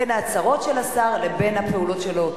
בין ההצהרות של השר לבין הפעולות שלו.